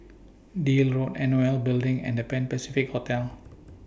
Deal Road N O L Building and The Pan Pacific Hotel